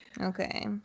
Okay